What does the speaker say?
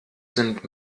sind